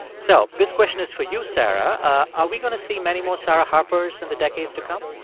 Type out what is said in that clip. so this question is for you, sarah. are we going to see many more sarah harpers in the decades to come?